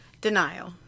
denial